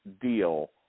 deal